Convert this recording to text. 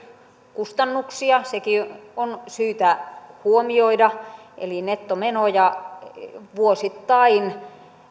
kustannuksia sekin on syytä huomioida eli nettomenoja vuosittain